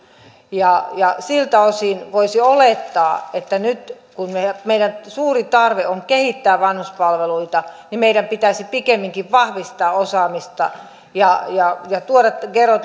siltä osin voisi olettaa että nyt kun meidän meidän suuri tarpeemme on kehittää vanhuspalveluita meidän pitäisi pikemminkin vahvistaa osaamista ja ja tuoda